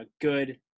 good